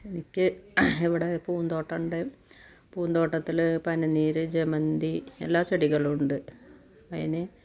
എനിക്ക് ഇവിടെ പൂന്തോട്ടമുണ്ട് പൂന്തോട്ടത്തിൽ പനിനീർ ജമന്തി എല്ലാ ചെടികളുണ്ട് അതിന്